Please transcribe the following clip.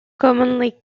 commonly